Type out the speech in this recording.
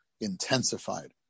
intensified